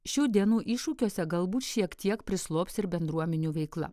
šių dienų iššūkiuose galbūt šiek tiek prislops ir bendruomenių veikla